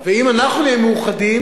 ואם אנחנו נהיה מאוחדים,